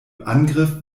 angriff